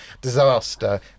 disaster